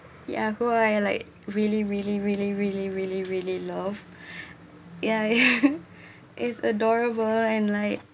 ya who I like really really really really really really love ya it's adorable and like